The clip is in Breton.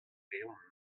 reomp